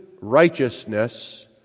righteousness